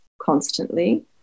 constantly